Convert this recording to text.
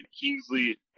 Kingsley